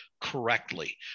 correctly